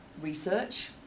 research